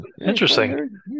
interesting